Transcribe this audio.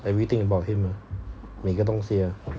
everything about him 每个东西 ah